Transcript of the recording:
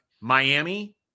Miami